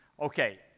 Okay